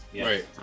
right